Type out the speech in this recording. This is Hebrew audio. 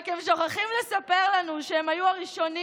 הם רק שוכחים לספר לנו שהם היו הראשונים